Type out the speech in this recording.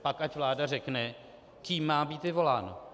Pak ať vláda řekne, kým má být vyvoláno.